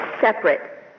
separate